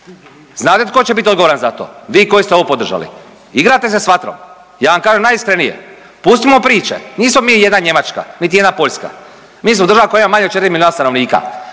Znate tko će biti odgovoran za to? Vi koji ste ovo podržali. Igrate se s vatrom, ja vam kažem najiskrenije. Pustimo priče, nismo mi jedna Njemačka niti jedna Poljska. Mi smo država koja ima manje od 4 milijuna stanovnika.